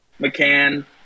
McCann